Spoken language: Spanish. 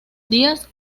días